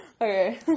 okay